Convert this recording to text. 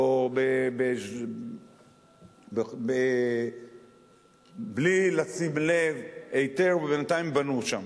או בלי לשים לב, היתר, ובינתיים בנו שם,